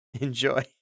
Enjoy